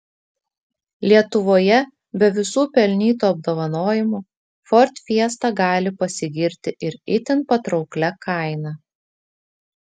lietuvoje be visų pelnytų apdovanojimų ford fiesta gali pasigirti ir itin patrauklia kaina